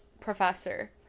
professor